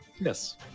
Yes